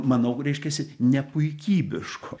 manau reiškiasi nepuikybiško